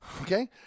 okay